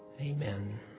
Amen